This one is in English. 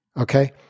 Okay